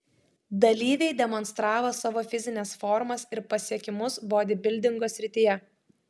dalyviai demonstravo savo fizines formas ir pasiekimus bodybildingo srityje